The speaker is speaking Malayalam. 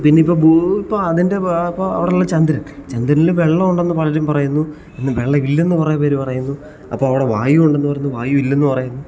പിന്നെ ഇപ്പോൾ ഭൂമി ഇപ്പോൾ അതിൻ്റെ അ അവിടെയുള്ള ചന്ദ്രൻ ചന്ദ്രനിൽ വെള്ളം ഉണ്ടെന്ന് പലരും പറയുന്നു വെള്ളം ഇല്ലെന്ന് കുറേപേർ പറയുന്നു അപ്പോൾ അവിടെ വായു ഉണ്ടെന്ന് പറയുന്നു വായു ഇല്ലെന്ന് പറയുന്നു